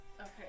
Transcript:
Okay